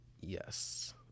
Yes